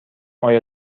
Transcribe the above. آیا